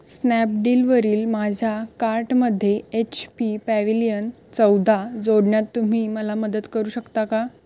स्नॅपडीलवरील माझ्या कार्टमध्ये H P Pavilion चौदा जोडण्यात तुम्ही मला मदत करू शकता का